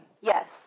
yes